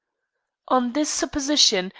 on this supposition,